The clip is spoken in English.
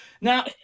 Now